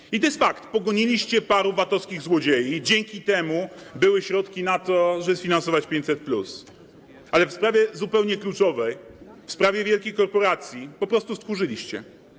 I faktem jest to, że pogoniliście paru VAT-owskich złodziei, dzięki czemu były środki na to, żeby sfinansować 500+, ale w sprawie zupełnie kluczowej, w sprawie wielkich korporacji po prostu stchórzyliście.